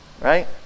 Right